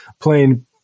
playing